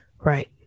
right